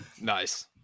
Nice